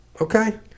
Okay